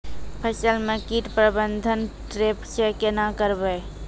फसल म कीट प्रबंधन ट्रेप से केना करबै?